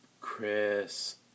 Chris